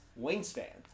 Wingspan